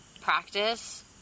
practice